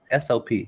SOP